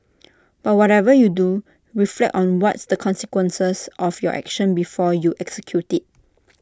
but whatever you do reflect on what's the consequences of your action before you execute IT